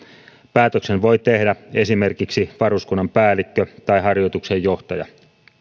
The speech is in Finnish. päätöksen voi tehdä esimerkiksi varuskunnan päällikkö tai harjoituksen johtaja